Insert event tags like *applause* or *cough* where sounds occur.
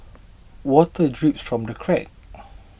water drips from the cracks *noise*